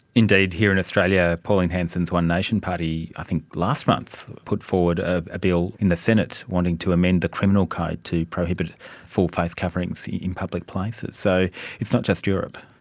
indeed, here in australia pauline hanson's one nation party i think last month put forward a bill in the senate wanting to amend the criminal code to prohibit full-face coverings in public places. so it's not just europe.